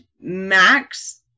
max